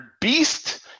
beast